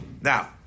Now